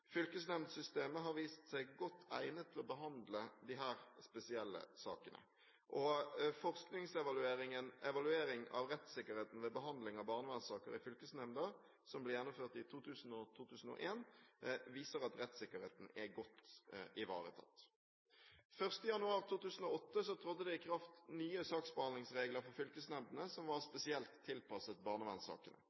Fylkesnemndssystemet har vist seg godt egnet til å behandle disse spesielle sakene. Forskningsevalueringen Evaluering av rettsikkerheten ved behandling av barnevernssaker i fylkesnemnda, som ble gjennomført i 2000 og 2001, viser at rettsikkerheten er godt ivaretatt. 1. januar 2008 trådte det i kraft nye saksbehandlingsregler for fylkesnemndene som var spesielt tilpasset barnevernssakene.